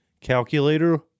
calculator